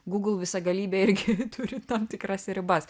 gūgl visagalybė irgi turi tam tikras ribas